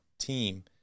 team